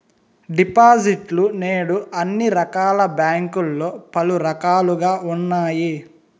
డిపాజిట్లు నేడు అన్ని రకాల బ్యాంకుల్లో పలు రకాలుగా ఉన్నాయి